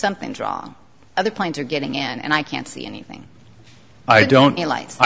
something's wrong other planes are getting in and i can't see anything i don't